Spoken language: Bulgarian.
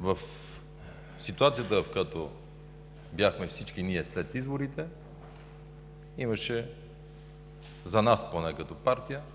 В ситуацията, в която бяхме всички ние след изборите, за нас поне, като партия, имаше